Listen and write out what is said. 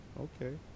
Okay